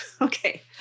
Okay